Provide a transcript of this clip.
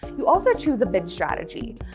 you also choose a bid strategy.